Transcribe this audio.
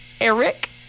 Eric